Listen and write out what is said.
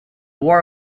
war